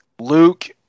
Luke